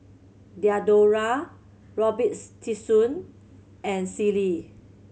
Diadora Robitussin and Sealy